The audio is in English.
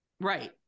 Right